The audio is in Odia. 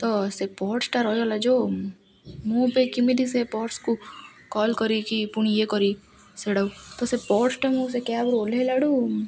ତ ସେ ପର୍ସଟା ରହିଗଲା ଯୋଉ ମୁଁ ଏବେ କେମିତି ସେ ପର୍ସକୁ କଲ୍ କରିକି ପୁଣି ଇଏ କରି ସେଇଟାକୁ ତ ସେ ପର୍ସଟା ମୁଁ ସେ କ୍ୟାବ୍ରୁ ଓଲ୍ହେଇଲା ଠୁ